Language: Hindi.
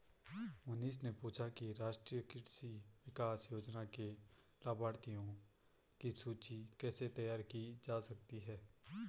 मनीष ने पूछा कि राष्ट्रीय कृषि विकास योजना के लाभाथियों की सूची कैसे तैयार की जा सकती है